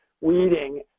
weeding